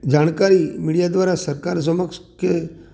જાણકારી મીડિયા દ્રારા સરકાર સમક્ષ કે